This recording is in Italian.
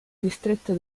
distretto